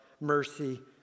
mercy